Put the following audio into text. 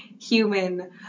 human